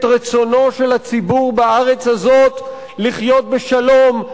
רצונו של הציבור בארץ הזאת לחיות בשלום,